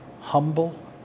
humble